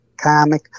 comic